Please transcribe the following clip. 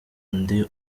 ndi